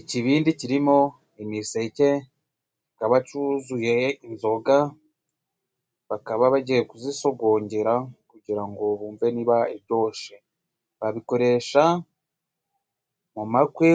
Ikibindi kirimo imiseke kikaba cyuzuye inzoga bakaba bagiye kuzisogongera kugira ngo bumve niba iryoshe. Babikoresha mu makwe